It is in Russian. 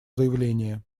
заявление